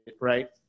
right